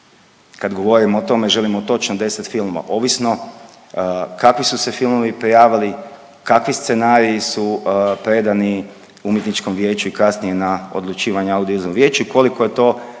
Kad govorimo o tome želimo točno 10 filmova, ovisno kakvi su se filmovi prijavili, kakvi scenariji predani Umjetničkom vijeću i kasnije na odlučivanje Audiovizualnom vijeću i koliko je to